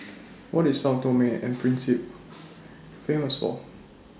What IS Sao Tome and Principe Famous For